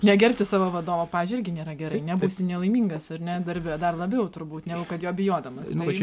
negerbti savo vadovo pavyzdžiui irgi nėra gerai nebūsi nelaimingas ar ne darbe dar labiau turbūt negu kad bijodamas